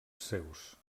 seus